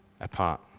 apart